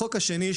החוק השני,